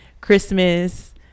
Christmas